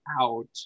out